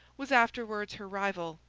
was afterwards her rival.